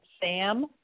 Sam